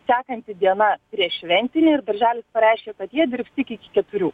sekanti diena prieššventinė ir darželis pareiškė kad jie dirbs tik iki keturių